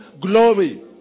glory